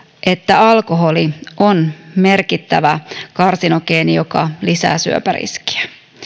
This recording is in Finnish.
että alkoholi on merkittävä karsinogeeni joka lisää syöpäriskiä